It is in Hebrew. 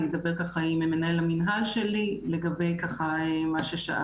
אני אדבר ככה עם מנהל המינהל שלי לגבי כל מה ששאלת.